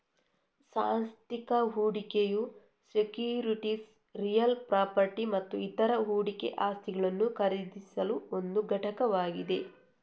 ಸಾಂಸ್ಥಿಕ ಹೂಡಿಕೆಯು securities real property ಮತ್ತು ಇತರ ಹೂಡಿಕೆ ಆಸ್ತಿಗಳನ್ನು ಖರೀದಿಸಲು ಒಂದು ಘಟಕವಾಗಿದೆ